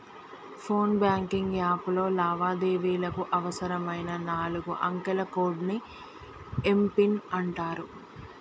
phone banking app లో లావాదేవీలకు అవసరమైన నాలుగు అంకెల కోడ్ని ఏం పిన్ అంటారు